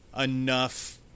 enough